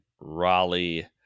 Raleigh